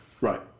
Right